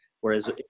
Whereas